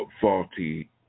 faulty